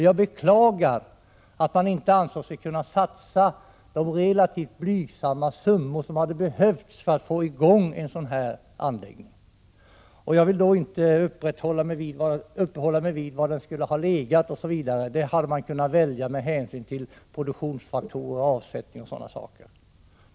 Jag beklagar att man inte ansåg sig kunna satsa de relativt blygsamma summor som hade behövts för att få i gång en sådan anläggning. Jag vill inte uppehålla mig vid var den skulle ha legat. Man hade kunnat välja plats med hänsyn till produktionsfaktorer, avsättning osv.